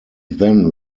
then